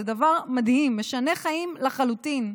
זה דבר מדהים, משנה חיים לחלוטין.